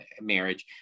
marriage